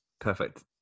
Perfect